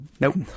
Nope